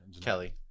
Kelly